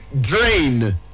Drain